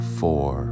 four